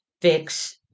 fix